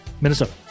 Minnesota